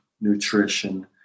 nutrition